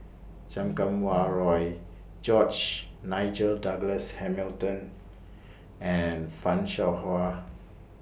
Chan Kum Wah Roy George Nigel Douglas Hamilton and fan Shao Hua